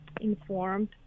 informed